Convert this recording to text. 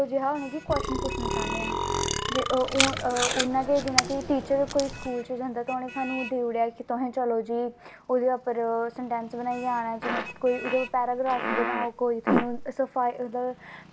ओह् कीह् होई देखो दोखी होई दिक्खो जी अज्ज फलानी कंपनी खुल्ली ओह् चीज़ बना दी ओह् चीज़ बना दा साढ़े इत्थें जमीर दी कमी नी ऐ साढ़े कोल जमीन बी ऐ घाह् पत्तर बी ऐ कम्म करनें आह्ले बंदे बी हैन